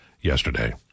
yesterday